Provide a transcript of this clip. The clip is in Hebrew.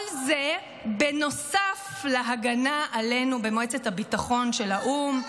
כל זה בנוסף להגנה עלינו במועצת הביטחון של האו"ם,